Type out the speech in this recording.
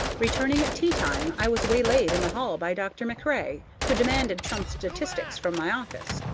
returning at teatime, i was waylaid in the hall by dr. macrae, who demanded some statistics from my office.